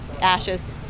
Ashes